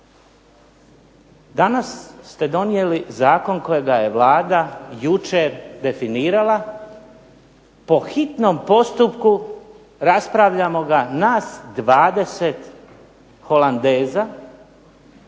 Danas ste donijeli zakon kojega je Vlada jučer definirala po hitnom postupku. Raspravljamo ga nas 20 holandeza.